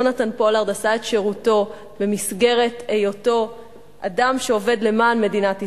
יונתן פולארד עשה את שירותו במסגרת היותו אדם שעובד למען מדינת ישראל,